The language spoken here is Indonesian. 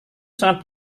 sangat